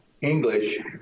English